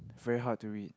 very hard to read